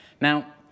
Now